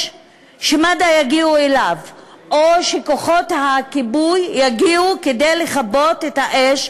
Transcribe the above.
שמד"א יגיעו אליו או שכוחות הכיבוי יגיעו כדי לכבות את האש,